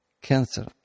cancer